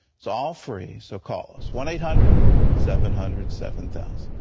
so all free. so call us one eight hundred seven hundred seven thousand.